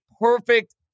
perfect